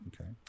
Okay